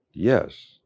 Yes